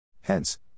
Hence